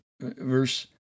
Verse